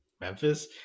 Memphis